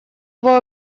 его